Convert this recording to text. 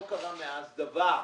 לא קרה מאז דבר.